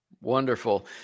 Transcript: Wonderful